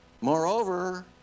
Moreover